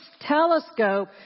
telescope